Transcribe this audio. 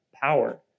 power